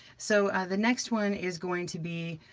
so the next one is going to be